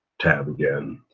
tab again.